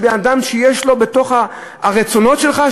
ברצונות שלך,